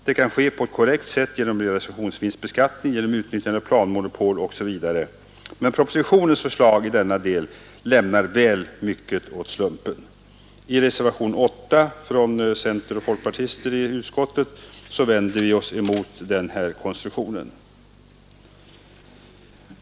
Det kan ske på ett korrekt sätt genom realisationsvinstbeskattning, genom utnyttjande av planmonopol osv. Men propositionens förslag i denna del lämnar väl mycket åt slumpen. I reservationen 8 a av centerns och folkpartiets ledamöter i utskottet vänder vi oss mot denna konstruktion.